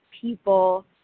people